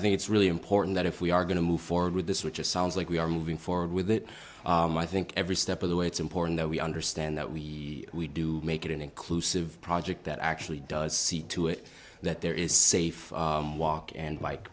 think it's really important that if we are going to move forward with this which it sounds like we are moving forward with it i think every step of the way it's important that we understand that we we do make it an inclusive project that actually does see to it that there is safe walk and bike